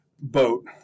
boat